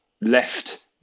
left